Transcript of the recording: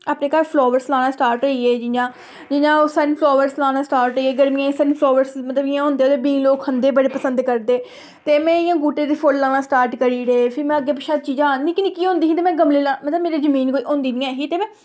अपने घर फ्लावर्स लाना स्टार्ट होइये जि'यां जि'यां ओह् सन फ्लावर्स लाना स्टार्ट होइये गरमियें ई सन फ्लावर्स मतलब इ'यां होंदे बीऽ लोक खंदे बड़े पसंद करदे ते में इ'यां गुह्टे दे फु'ल्ल लाना स्टार्ट करी ओड़े ते फिर में अग्गें पिच्छें चीजां आह्न्नियां नि'क्की नि'क्की होंदी ही ते में गमले लाना मतलब मेरे कोल जमीन कोई होंदी नेईं ही ते में